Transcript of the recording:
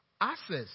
access